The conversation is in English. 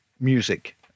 music